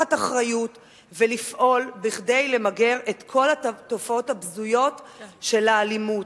לקחת אחריות ולפעול כדי למגר את כל התופעות הבזויות של האלימות,